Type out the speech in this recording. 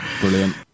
Brilliant